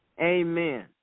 Amen